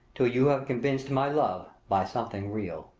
till you have convinced my love by something real.